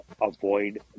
avoid